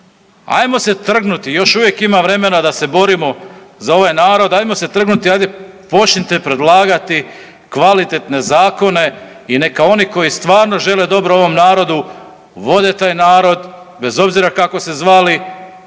Ajmo se trgnuti, još uvijek ima vremena da se borimo za ovaj narod, ajmo se trgnuti, ajde počnite predlagati kvalitetne zakone i neka oni koji stvarno žele dobro ovom narodu vode taj narod, bez obzira kako se zvali,